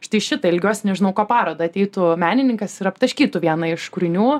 štai šitą ilgiuosi nežinau ko parodą ateitų menininkas ir aptaškytų vieną iš kūrinių